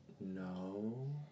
no